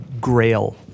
Grail